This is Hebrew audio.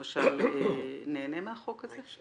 למשל, נהנה מהחוק הזה?